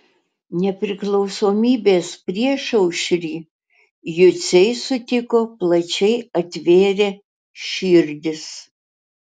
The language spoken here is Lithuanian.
nepriklausomybės priešaušrį juciai sutiko plačiai atvėrę širdis